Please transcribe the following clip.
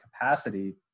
capacity